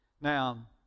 Now